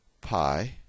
pi